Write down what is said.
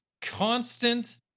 constant